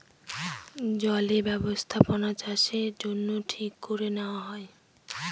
জলে বস্থাপনাচাষের জন্য ঠিক করে নেওয়া হয়